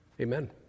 Amen